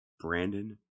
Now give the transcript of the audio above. Brandon